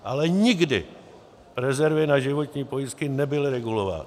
Ale nikdy rezervy na životní pojistky nebyly regulovány.